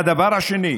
הדבר השני,